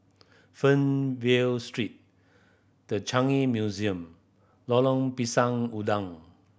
Fernvale Street The Changi Museum Lorong Pisang Udang